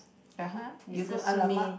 (uh huh) you go !alamak!